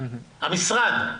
המשרד.